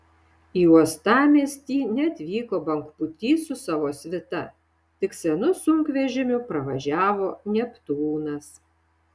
į uostamiestį neatvyko bangpūtys su savo svita tik senu sunkvežimiu pravažiavo neptūnas